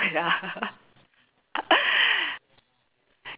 ya